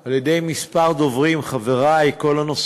דברים על-ידי כמה דוברים,